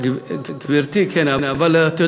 חוק שקיים עוד קודם.